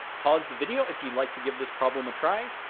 pause the video if you'd like to give this problem a try,